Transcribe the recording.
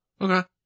Okay